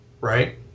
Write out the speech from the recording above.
right